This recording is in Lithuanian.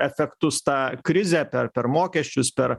efektus tą krizę per per mokesčius per